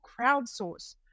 crowdsource